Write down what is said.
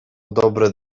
dobre